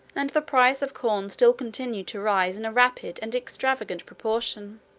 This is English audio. and the price of corn still continued to rise in a rapid and extravagant proportion.